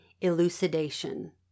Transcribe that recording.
elucidation